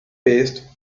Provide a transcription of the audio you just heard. based